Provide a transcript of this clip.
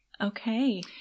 Okay